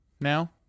now